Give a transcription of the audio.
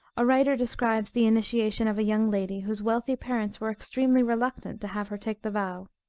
a writer describes the initiation of a young lady, whose wealthy parents were extremely reluctant to have her take the vow.